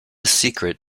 secret